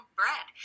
bread